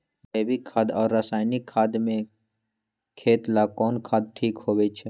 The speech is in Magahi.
जैविक खाद और रासायनिक खाद में खेत ला कौन खाद ठीक होवैछे?